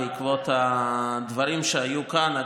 בעקבות הדברים שהיו כאן.